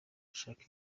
bashake